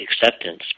acceptance